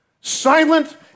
silent